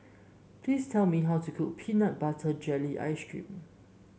please tell me how to cook Peanut Butter Jelly Ice cream